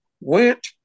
went